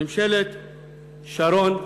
ממשלת שרון,